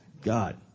God